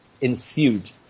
ensued